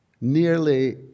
nearly